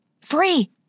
Free